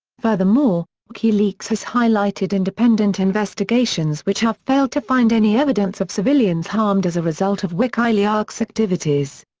furthermore, wikileaks has highlighted independent investigations which have failed to find any evidence of civilians harmed as a result of wikileaks' activities.